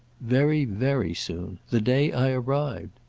very very soon. the day i arrived.